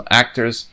actors